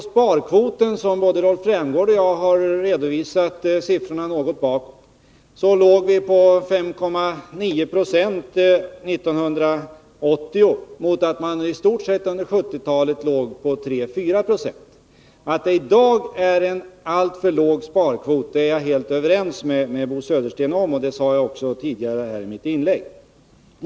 Sparkvoten, som både Rolf Rämgård och jag har redovisat siffror för, låg på 5,9 20 år 1980 mot i stort sett 3-4 20 under 1970-talet. Att sparkvoten är alltför låg i dag är jag helt överens med Bo Södersten om, och det sade jag också i mitt tidigare inlägg.